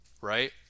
right